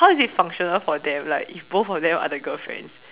how is it functional for them like if both of them are the girlfriends